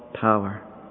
power